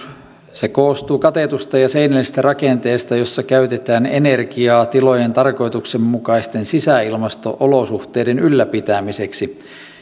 koostuu katetusta ja seinällisestä rakenteesta jossa käytetään energiaa tilojen tarkoituksenmukaisten sisäilmasto olosuhteiden ylläpitämiseksi